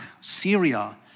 Syria